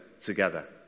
together